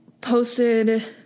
posted